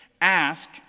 Ask